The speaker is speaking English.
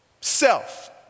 Self